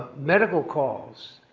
medical calls,